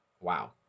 Wow